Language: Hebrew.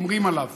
אומרים עליו,